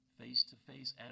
face-to-face